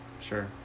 Sure